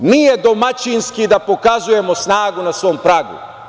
Nije domaćinski da pokazujemo snagu na svom pragu.